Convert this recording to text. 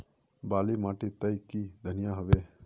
बाली माटी तई की धनिया होबे?